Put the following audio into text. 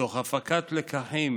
תוך הפקת לקחים